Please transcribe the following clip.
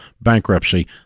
bankruptcy